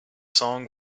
song